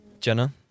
Jenna